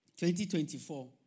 2024